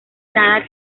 nada